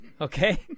okay